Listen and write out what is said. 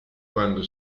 quando